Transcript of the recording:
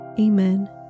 Amen